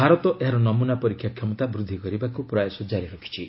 ଭାରତ ଏହାର ନମୁନା ପରୀକ୍ଷା କ୍ଷମତା ବୃଦ୍ଧି କରିବାକୁ ପ୍ରୟାସ ଜାରି ରଖିଛି